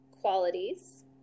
qualities